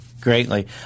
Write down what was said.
greatly